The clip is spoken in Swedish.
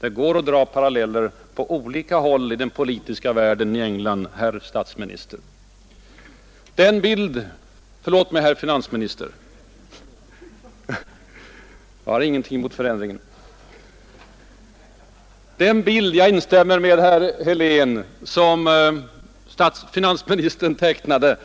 Det går alltså att dra paralleller på olika håll i den politiska världen, herr statsminister, förlåt mig, finansminister, menar jag naturligtvis — men jag har inget emot förändringen. Den bild — jag instämmer med herr Helén — som finansministern tecknade